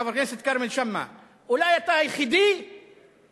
חבר הכנסת כרמל שאמה, אולי אתה היחידי שנשארת